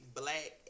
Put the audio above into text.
black